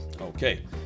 Okay